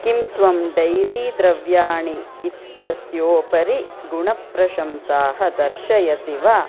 किं त्वं डैरी द्रव्याणि इत्यस्योपरि गुणप्रशंसाः दर्शयसि वा